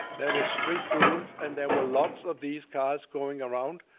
there were strict rules, and there were lots of these cars going around.